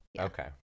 Okay